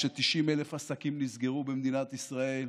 כש-90,000 עסקים נסגרו במדינת ישראל,